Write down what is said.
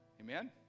Amen